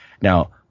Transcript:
Now